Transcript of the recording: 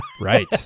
right